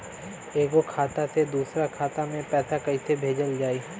एगो खाता से दूसरा खाता मे पैसा कइसे भेजल जाई?